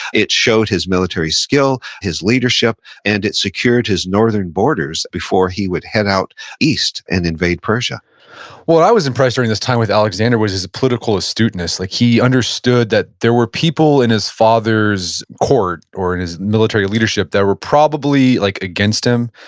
it showed his military skill, his leadership, and it secured his northern borders, before he would head out east and invade persia what i was impressed during this time with alexander was his political astuteness. like he understood that there were people in his father's court or in his military leadership that were probably like against him,